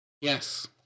yes